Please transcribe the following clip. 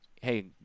Hey